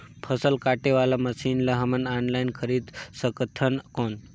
फसल काटे वाला मशीन ला हमन ऑनलाइन खरीद सकथन कौन?